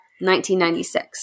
1996